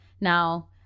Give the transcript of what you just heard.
Now